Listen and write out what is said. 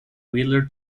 wheeler